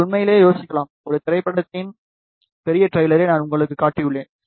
நீங்கள் உண்மையிலேயே சிந்திக்கலாம் ஒரு திரைப்படத்தின் பெரிய டிரெய்லரை நான் உங்களுக்குக் காட்டியுள்ளேன்